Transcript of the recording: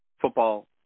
football